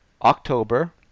October